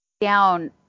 down